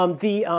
um the